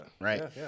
Right